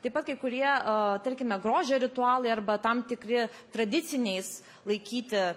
taip pat kai kurie a tarkime grožio ritualai arba tam tikri tradiciniais laikyti